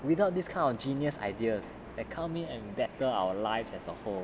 without this kind of genius ideas that come in and better our lives as a whole